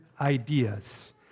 ideas